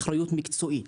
אחריות מקצועית.